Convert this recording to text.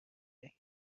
دهیم